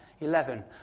eleven